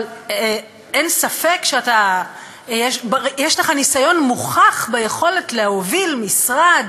אבל אין ספק שיש לך ניסיון מוכח ביכולת להוביל משרד,